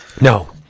No